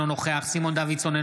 אינו נוכח סימון דוידסון,